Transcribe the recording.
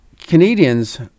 Canadians